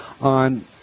on